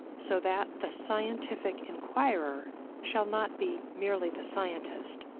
so that the scientific inquirer shall not be merely the scientist,